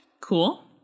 Cool